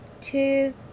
two